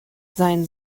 sein